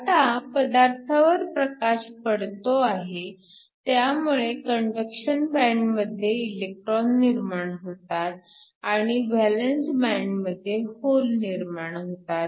आता पदार्थावर प्रकाश पडतो आहे त्यामुळे कंडक्शन बँड मध्ये इलेक्ट्रॉन निर्माण होतात आणि व्हॅलन्स बँड मध्ये होल निर्माण होतात